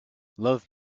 love